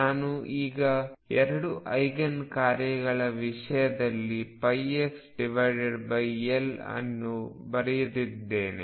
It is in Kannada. ನಾನು ಈಗ ಎರಡು ಐಗನ್ ಕಾರ್ಯಗಳ ವಿಷಯದಲ್ಲಿ πxL ಅನ್ನು ಬರೆದಿದ್ದೇನೆ